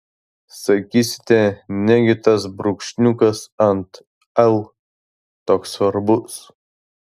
sakysite negi tas brūkšniukas ant l toks svarbus